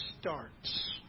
starts